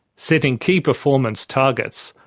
setting key performance targets,